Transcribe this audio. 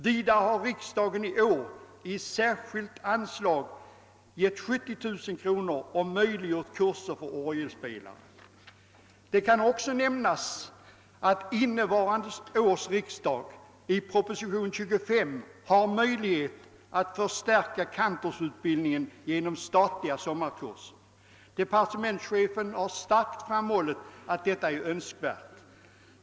Vidare har riksdagen i år i särskilt anslag beviljat 70 000 kronor och möjliggjort kurser för orgelspelare. Det kan också nämnas att innevarande års riksdag genom propositionen 25 har möjlighet att förstärka kantorsutbildningen genom statliga sommarkurser. Departementschefen har starkt framhållit att detta är önskvärt.